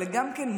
אלה גם מונחים,